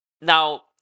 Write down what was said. Now